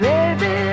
Baby